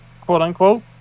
quote-unquote